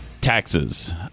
taxes